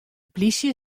plysje